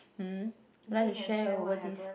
um would like to share over this